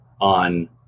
on